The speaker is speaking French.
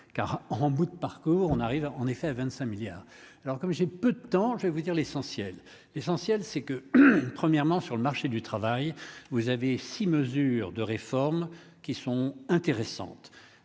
car en bout de parcours, on arrive en effet à 25 milliards alors comme j'ai peu de temps je vais vous dire l'essentiel, l'essentiel c'est que premièrement sur le marché du travail, vous avez six mesures de réformes qui sont intéressantes,